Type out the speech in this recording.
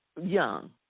young